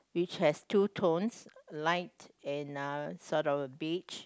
which have two tones light and uh sort of beige